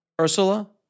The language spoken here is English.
Ursula